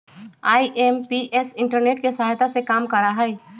IMPS internet के सहायता से काम करा हई